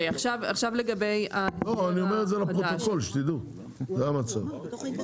אני אומר את זה לפרוטוקול שתדעו, זה המצב.